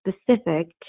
specific